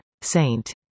Saint